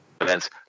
events